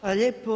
Hvala lijepo.